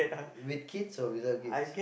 with kids or without kids